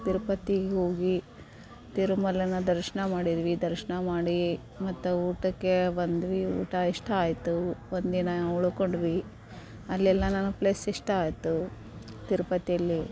ತಿರುಪತಿಗೋಗಿ ತಿರುಮಲನ ದರ್ಶನ ಮಾಡಿದ್ವಿ ದರ್ಶನ ಮಾಡಿ ಮತ್ತು ಊಟಕ್ಕೆ ಬಂದ್ವಿ ಊಟ ಇಷ್ಟ ಆಯಿತು ಒಂದಿನ ಉಳ್ಕೊಂಡ್ವಿ ಅಲ್ಲೆಲ್ಲ ನನಗೆ ಪ್ಲೇಸ್ ಇಷ್ಟ ಆಯಿತು ತಿರುಪತಿಯಲ್ಲಿ